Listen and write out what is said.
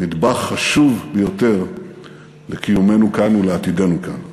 נדבך חשוב ביותר לקיומנו כאן ולעתידנו כאן.